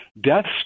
Deaths